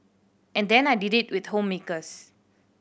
and then I did it with homemakers